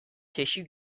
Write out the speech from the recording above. tissue